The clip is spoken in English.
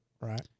right